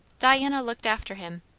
diana looked after him.